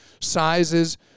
sizes